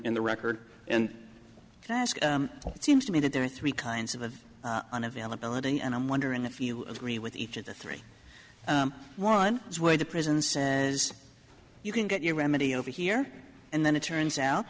in the record and it seems to me that there are three kinds of of an availability and i'm wondering if you agree with each of the three one where the prison says you can get your remedy over here and then it turns out